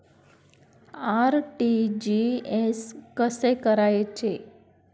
RTGS कसे करायचे?